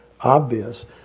obvious